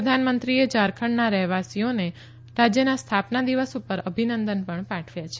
પ્રધાનમંત્રીએ ઝારખંડના રહેવાસીએને રાજ્યના સ્થાપના દિવસ ઉપર અભિનંદન પણ પાઠવ્યા છે